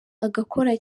agakora